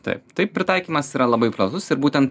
taip tai pritaikymas yra labai pratus ir būtent